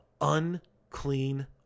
unclean